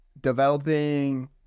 developing